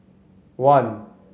one